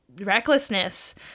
recklessness